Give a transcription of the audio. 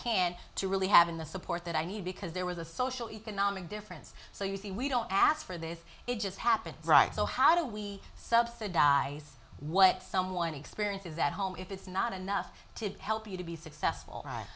can to really having the support that i need because there was a social economic difference so you see we don't ask for this it just happens right so how do we subsidize what someone experiences at home if it's not enough to help you to be successful